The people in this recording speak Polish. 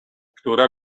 która